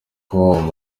com